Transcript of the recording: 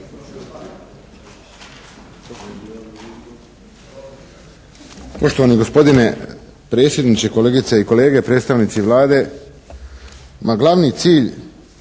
Poštovani gospodine predsjedniče, kolegice i kolege, predstavnici Vlade. Glavni cilj